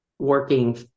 working